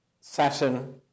Saturn